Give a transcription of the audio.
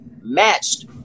matched